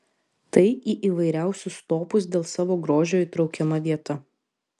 tai į įvairiausius topus dėl savo grožio įtraukiama vieta